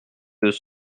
deux